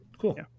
Cool